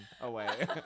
away